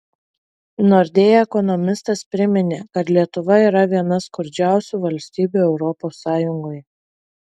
nordea ekonomistas priminė kad lietuva yra viena skurdžiausių valstybių europos sąjungoje